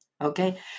Okay